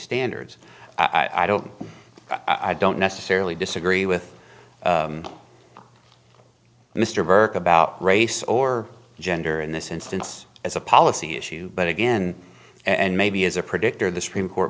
standards i don't i don't necessarily disagree with mr burke about race or gender in this instance as a policy issue but again and maybe as a predictor the supreme court